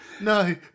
no